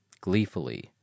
gleefully